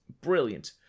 brilliant